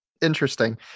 Interesting